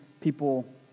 people